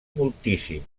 moltíssim